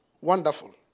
Wonderful